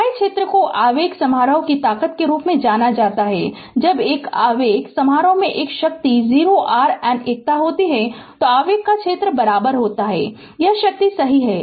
इकाई क्षेत्र को आवेग समारोह की ताकत के रूप में जाना जाता है और जब एक आवेग समारोह में एक शक्ति o r n एकता होती है तो आवेग का क्षेत्र बराबर होता है यह शक्ति सही है